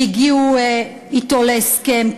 שהגיעו אתו להסכם,